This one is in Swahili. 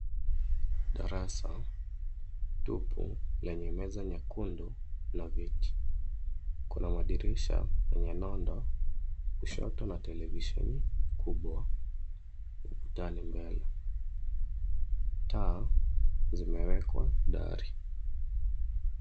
Darasa tupu lenye meza nyekundu na viti. Kuna madirisha yenye nondo kushoto na televisheni kubwa, ukutani mbele. Taa zimewekwa dari.